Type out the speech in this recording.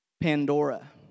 Pandora